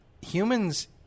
humans